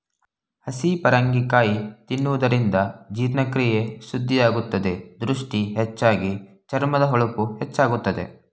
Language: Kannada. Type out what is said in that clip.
ಹಸಿ ಪರಂಗಿ ಕಾಯಿ ತಿನ್ನುವುದರಿಂದ ಜೀರ್ಣಕ್ರಿಯೆ ಶುದ್ಧಿಯಾಗುತ್ತದೆ, ದೃಷ್ಟಿ ಹೆಚ್ಚಾಗಿ, ಚರ್ಮದ ಹೊಳಪು ಹೆಚ್ಚಾಗುತ್ತದೆ